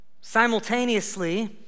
Simultaneously